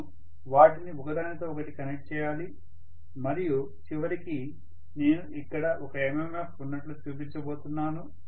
నేను వాటిని ఒకదానితో ఒకటి కనెక్ట్ చేయాలి మరియు చివరికి నేను ఇక్కడ ఒక MMF ఉన్నట్లు చూపించబోతున్నాను